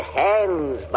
hands